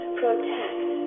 protect